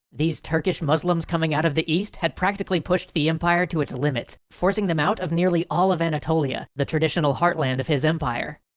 these turkish muslims coming out of the east had practically pushed the empire to its limits, forcing them out of nearly all of anatolia, the traditional heartland of his empire.